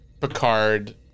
Picard